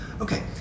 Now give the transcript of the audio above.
Okay